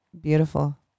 beautiful